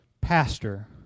pastor